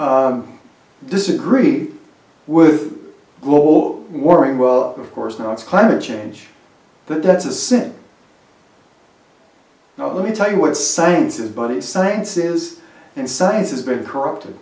disagree with global warming well of course now it's climate change but that's a sin let me tell you what science of bodies science is and science has been corrupted